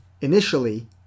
Initially